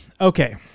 Okay